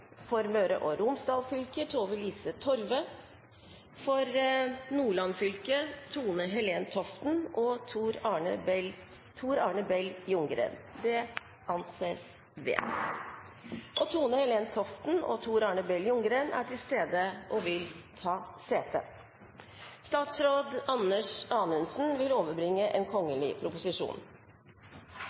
LangemyrFor Møre og Romsdal fylke: Tove-Lise TorveFor Nordland fylke: Tone-Helen Toften og Tor Arne Bell Ljunggren Tone-Helen Toften og Tor Arne Bell Ljunggren er til stede og vil ta sete. Før sakene på dagens kart tas opp til behandling, vil